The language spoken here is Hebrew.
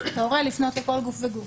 לפנות לכל גוף וגוף.